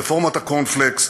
רפורמת הקורנפלקס,